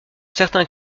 certains